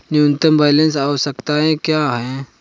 न्यूनतम बैलेंस आवश्यकताएं क्या हैं?